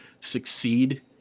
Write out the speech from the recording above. succeed